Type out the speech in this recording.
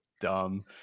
dumb